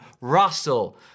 Russell